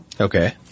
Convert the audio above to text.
Okay